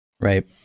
Right